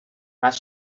was